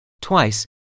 Twice